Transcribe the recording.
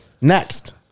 Next